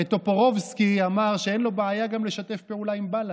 הרי טופורובסקי אמר שאין לו בעיה גם לשתף פעולה עם בל"ד.